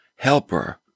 helper